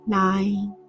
nine